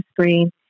screen